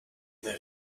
they